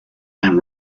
and